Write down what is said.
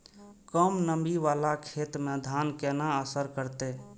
कम नमी वाला खेत में धान केना असर करते?